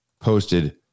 posted